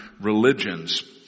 religions